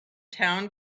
town